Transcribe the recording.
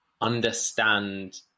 understand